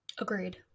Agreed